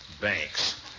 Banks